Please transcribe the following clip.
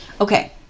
okay